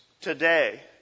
today